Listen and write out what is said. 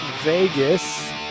Vegas